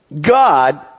God